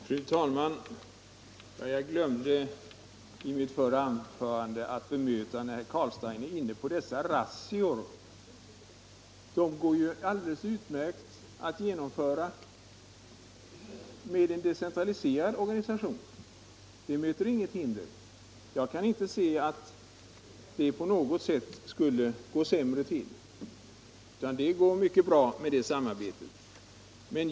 Fru talman! Jag glömde i mitt förra anförande att bemöta vad herr Carlstein sade beträffande skatterazzior. Sådana kan ju mycket väl genomföras även med en decentraliserad organisation. Det finns inget hinder för detta. Jag kan inte se att det på något sätt skulle vara ett sämre alternativ.